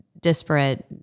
disparate